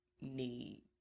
need